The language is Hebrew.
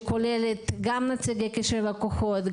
שכוללת גם נציגי קשרי לקוחות,